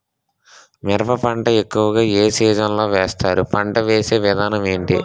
మిరప పంట ఎక్కువుగా ఏ సీజన్ లో వేస్తారు? పంట వేసే విధానం ఎంటి?